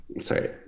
Sorry